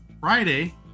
Friday